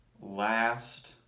last